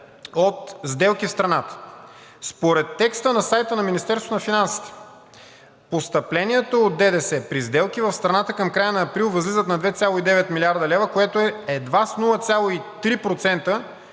от сделки в страната. Според текста на сайта на Министерството на финансите постъпленията от ДДС при сделки в страната към края на април възлизат на 2,9 млрд. лв., което е едва с 0,3%,